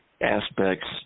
aspects